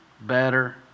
better